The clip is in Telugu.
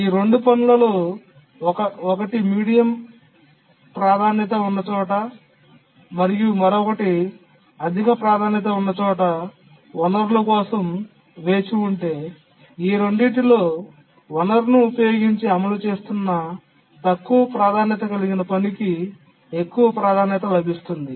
ఈ 2 పనులలో ఒకటి మీడియం ప్రాధాన్యత ఉన్నచోట మరియు మరొకటి అధిక ప్రాధాన్యత ఉన్న చోట వనరులకోసం వేచి ఉంటే ఈ రెండింటిలో వనరును ఉపయోగించి అమలు చేస్తున్న తక్కువ ప్రాధాన్యత కలిగిన పనికి ఎక్కువ ప్రాధాన్యత లభిస్తుంది